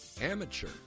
Amateur